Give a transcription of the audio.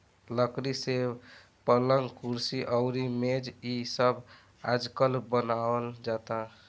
लकड़ी से पलंग, कुर्सी अउरी मेज़ इ सब आजकल बनावल जाता